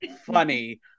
funny